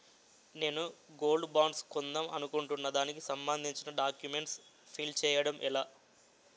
నేను gold bonds కొందాం అనుకుంటున్నా దానికి సంబందించిన డాక్యుమెంట్స్ ఫిల్ చేయడం ఎలా?